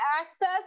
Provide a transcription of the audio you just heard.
access